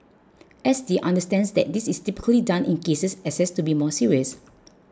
S T understands that this is typically done in cases assessed to be more serious